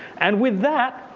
and with that,